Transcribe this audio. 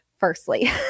Firstly